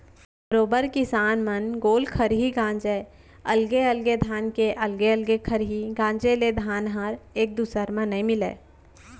बरोबर किसान मन गोल खरही गांजय अलगे अलगे धान के अलगे अलग खरही गांजे ले धान ह एक दूसर म नइ मिलय